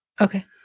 Okay